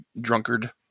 drunkard